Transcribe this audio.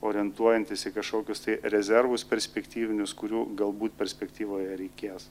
orientuojantis į kažkokius tai rezervus perspektyvinius kurių galbūt perspektyvoje reikės